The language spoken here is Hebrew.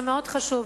מאוד חשוב